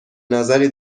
نظری